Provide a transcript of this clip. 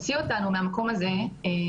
זאת האופציה היחידה אולי.